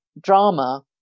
drama